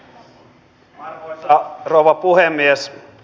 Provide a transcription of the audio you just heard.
arvoisa rouva puhemies